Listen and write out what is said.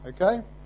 okay